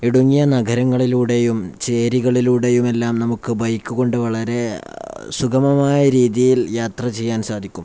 ഇടുങ്ങിയ നഗരങ്ങളിലൂടെയും ചേരികളിലൂടെയുമെല്ലാം നമുക്ക് ബൈക്ക് കൊണ്ട് വളരെ സുഗമമായ രീതിയിൽ യാത്ര ചെയ്യാൻ സാധിക്കും